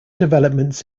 developments